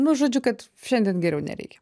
nu žodžiu kad šiandien geriau nereikia